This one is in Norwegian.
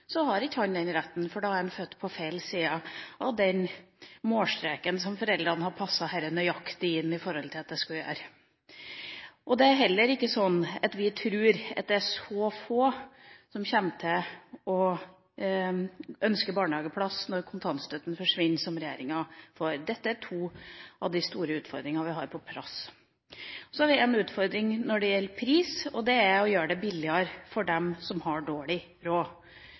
så «fjus» inn i livet, som det heter på trøndersk, at han kommer to måneder for tidlig, har ikke han den retten, for han er født på feil side av den målstreken som foreldrene har passet dette nøyaktig inn i etter hvordan det skulle gjøres. Det er heller ikke slik at vi tror at det er så få som kommer til å ønske barnehageplass når kontantstøtten forsvinner, som regjeringa tror. Dette er to av de store utfordringene vi har på plass. Så har vi en utfordring når det gjelder pris, og det er å gjøre det billigere for dem